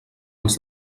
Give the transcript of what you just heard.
els